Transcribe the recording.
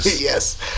Yes